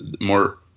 more